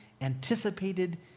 anticipated